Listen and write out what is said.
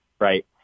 Right